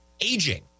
aging